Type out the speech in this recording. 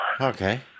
Okay